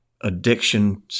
addiction